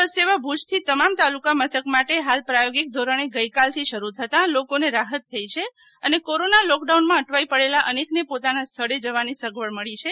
બસ સેવા ભુજ થી તમામ તાલુકા મથક માટે ફાલ પ્રાયોગિક ધોરણે ગઇકાલ થી શરૂ થતાં લોકો ને રાફત થઈ છે અને કોરોના લોક ડાઉન માં અટવાઈ પડેલા અનેક ને પોતાના સ્થળે જવાની સગવડ મળી છે